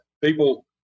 people